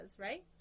right